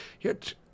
yet